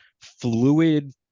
fluid